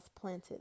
planted